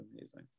amazing